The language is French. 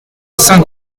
saint